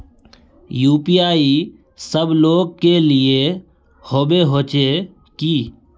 UPI सब लोग के लिए होबे होचे की?